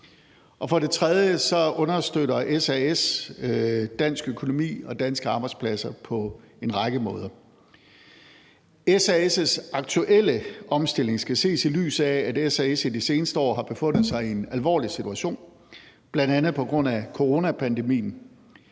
Og for det tredje understøtter SAS dansk økonomi og danske arbejdspladser på en række måder. SAS' aktuelle omstilling skal ses, i lyset af at SAS i de seneste år har befundet sig i en alvorlig situation, bl.a. på grund af coronapandemien.